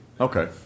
okay